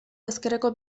ezkerreko